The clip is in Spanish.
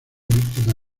víctima